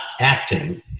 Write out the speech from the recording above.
acting